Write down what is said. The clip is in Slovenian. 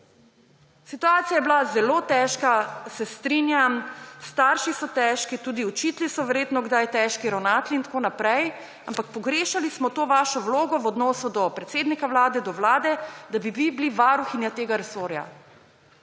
Situacija je bila zelo težka, se strinjam, starši so težki, tudi učitelji so verjetno kdaj težki, ravnatelji in tako naprej, ampak pogrešali smo to vašo vlogo v odnosu do predsednika Vlade, do vlade, da bi vi bili varuhinja tega resorja,